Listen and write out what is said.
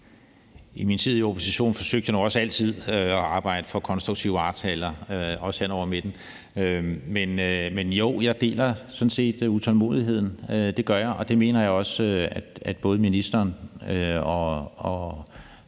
I min tid i opposition forsøgte jeg nu også altid at arbejde for konstruktive aftaler, også hen over midten. Men jo, jeg deler sådan set utålmodigheden, det gør jeg, og det mener jeg også at både ministeren og